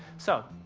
so,